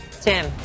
Tim